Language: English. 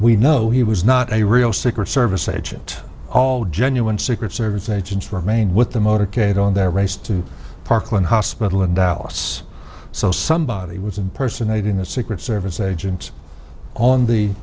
we know he was not a real secret service agent all genuine secret service agents remain with the motorcade on their race to parkland hospital in dallas so somebody was impersonating the secret service agent on the